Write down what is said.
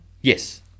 yes